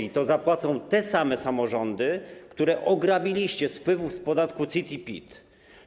I to zapłacą te same samorządy, które ograbiliście z wpływów z podatku CIT i PIT.